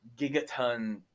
gigaton